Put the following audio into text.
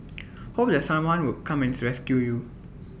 hope that someone would come and rescue you